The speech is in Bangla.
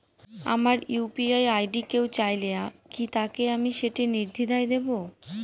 আমার ইউ.পি.আই আই.ডি কেউ চাইলে কি আমি তাকে সেটি নির্দ্বিধায় দেব?